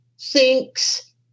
thinks